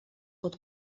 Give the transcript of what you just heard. pot